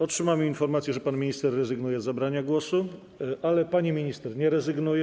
Otrzymałem informację, że pan minister rezygnuje z zabrania głosu, ale pani minister nie rezygnuje.